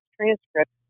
transcript